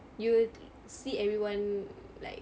you'll see everyone like